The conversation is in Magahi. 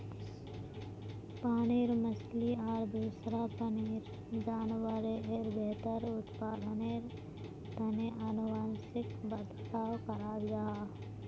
पानीर मछली आर दूसरा पानीर जान्वारेर बेहतर उत्पदानेर तने अनुवांशिक बदलाव कराल जाहा